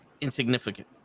insignificant